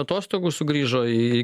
atostogų sugrįžo į